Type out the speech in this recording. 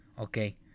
Okay